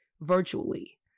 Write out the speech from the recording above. virtually